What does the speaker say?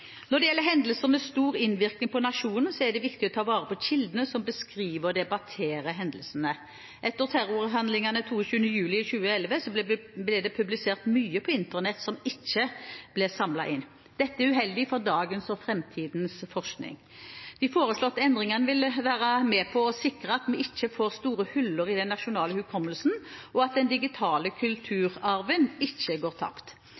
Når det skjer hendelser med stor innvirkning på nasjonen, er det viktig å ta vare på kildene som beskriver og debatterer hendelsene. Etter terrorhandlingene 22. juli 2011 ble det publisert mye på Internett som ikke ble samlet inn. Dette er uheldig for dagens og framtidens forskning. De foreslåtte endringene vil være med på å sikre at vi ikke får store hull i den nasjonale hukommelsen, og at den digitale kulturarven ikke går tapt.